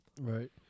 right